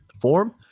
form